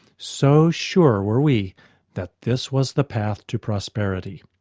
so sure were we that this was the path to prosperity.